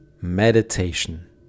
meditation